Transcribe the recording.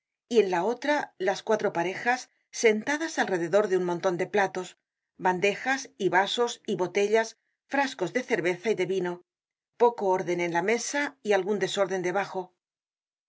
y en la otra las cuatro parejas sentadas alrededor de un monton de platos bandejas vasos y botellas frascos de cerveza y de vino poco órden en la mesa y algun desorden debajo los pies bajo